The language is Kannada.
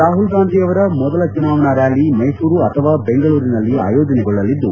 ರಾಹುಲ್ ಗಾಂಧಿ ಅವರ ಮೊದಲ ಚುನಾವಣಾ ರ್ವಾಲಿ ಮೈಸೂರು ಅಥವಾ ಬೆಂಗಳೂರಿನಲ್ಲಿ ಆಯೋಜನೆಗೊಳ್ಳಲಿದ್ದು